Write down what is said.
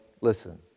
Listen